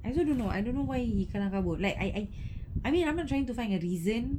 I also don't know I don't know why he kelam-kabut like I I I mean I'm not trying to find a reason